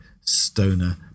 stoner